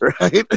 Right